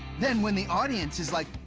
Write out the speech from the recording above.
then when the audience is like,